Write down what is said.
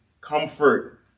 comfort